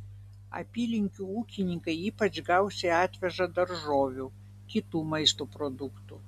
apylinkių ūkininkai ypač gausiai atveža daržovių kitų maisto produktų